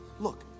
Look